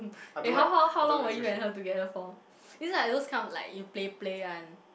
um eh how how how long were you and her together for is it like those kind like you play play one